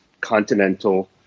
continental